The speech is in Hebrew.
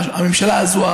הממשלה הזאת,